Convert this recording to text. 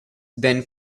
then